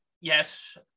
Yes